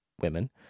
women